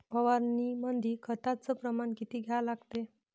फवारनीमंदी खताचं प्रमान किती घ्या लागते?